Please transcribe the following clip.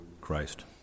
Christ